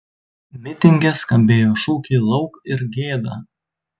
mitinge skambėjo šūkiai lauk ir gėda